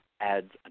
adds